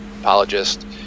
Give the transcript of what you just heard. apologist